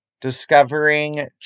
discovering